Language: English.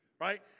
right